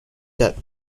debt